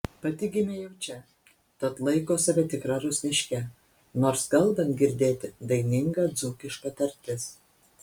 pati gimė jau čia tad laiko save tikra rusniške nors kalbant girdėti daininga dzūkiška tartis